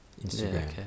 Instagram